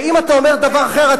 אתה מוכן רגע להקשיב?